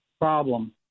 problem